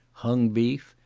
hung beef,